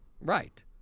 right